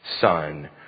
Son